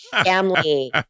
family